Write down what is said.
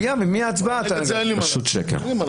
ואנחנו לא יודעים מה יילד יום עם הקורונה.